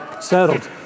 Settled